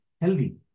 healthy